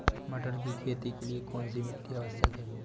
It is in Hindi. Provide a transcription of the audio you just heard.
मटर की खेती के लिए कौन सी मिट्टी आवश्यक है?